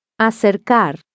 Acercar